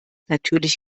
natürlich